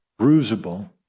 bruisable